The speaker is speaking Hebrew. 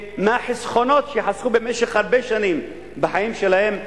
שמהחסכונות שחסכו במשך הרבה שנים בחיים שלהם,